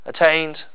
attained